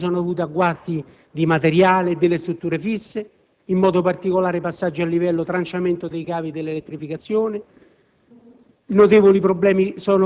Questi ritardi sono dovuti a guasti del materiale e delle strutture fisse, in modo particolare dei passaggi a livello, al tranciamento dei cavi dell'elettrificazione;